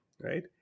right